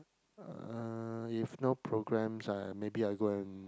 uh if no programs I maybe I go and